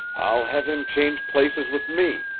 i'll have him change places with me.